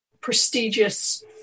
prestigious